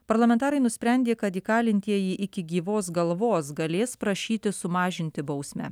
parlamentarai nusprendė kad įkalintieji iki gyvos galvos galės prašyti sumažinti bausmę